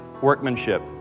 workmanship